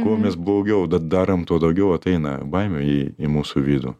kuo mes blogiau da darom tuo daugiau ateina baimė į mūsų vidų